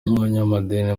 abanyamadini